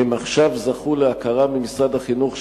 הם עכשיו זכו להכרה ממשרד החינוך,